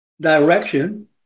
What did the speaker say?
direction